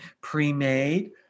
pre-made